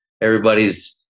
everybody's